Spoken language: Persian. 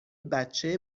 بچه